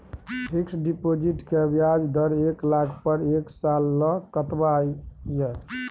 Fixed deposit के ब्याज दर एक लाख पर एक साल ल कतबा इ?